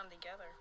together